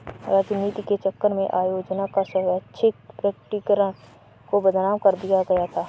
राजनीति के चक्कर में आय योजना का स्वैच्छिक प्रकटीकरण को बदनाम कर दिया गया था